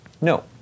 No